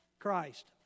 Christ